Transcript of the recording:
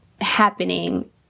happening